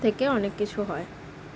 থেকে অনেক কিছু হয়